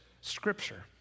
scripture